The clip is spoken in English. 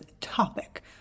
topic